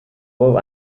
bob